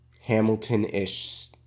Hamilton-ish